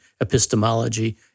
epistemology